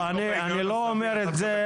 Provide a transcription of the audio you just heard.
אבל אני לא אומר את זה,